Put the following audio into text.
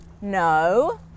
no